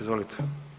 Izvolite.